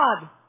God